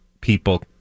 people